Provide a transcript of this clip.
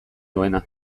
duena